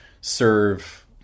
serve